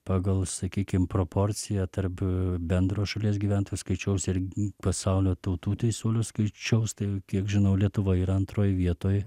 pagal sakykim proporciją tarp bendro šalies gyventojų skaičiaus ir pasaulio tautų teisuolių skaičiaus tai kiek žinau lietuva yra antroj vietoj